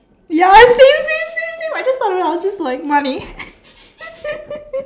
ya same same same same I just thought of it I was just like money